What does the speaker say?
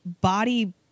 body